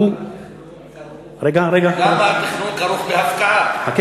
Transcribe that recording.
למה התכנון כרוך בהפקעה?